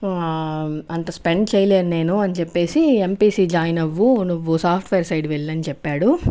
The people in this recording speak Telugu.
అంత స్పెండ్ చేయలేను నేను అని చెప్పేసి ఎంపీసీ జాయిన్ అవ్వు నువ్వు సాఫ్ట్వేర్ సైడ్ వెళ్ళు అని చెప్పాడు